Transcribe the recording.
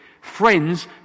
friends